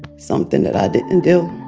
something that i didn't do